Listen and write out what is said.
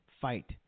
fight